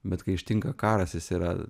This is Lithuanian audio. bet kai ištinka karas jis yra